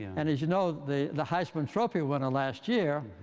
and as you know the the heisman trophy winner last year,